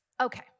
Okay